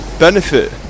benefit